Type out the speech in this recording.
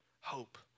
Hope